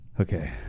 Okay